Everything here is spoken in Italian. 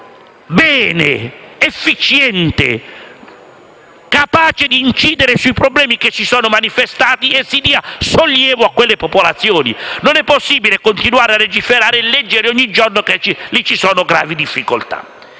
sul terremoto efficiente, capace di incidere sui problemi che si sono manifestati e si dia sollievo a quelle popolazioni. Non è possibile continuare a legiferare e leggere ogni giorno che permangono gravi difficoltà.